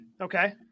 Okay